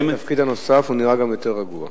מאז התפקיד הנוסף הוא נראה יותר רגוע,